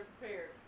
prepared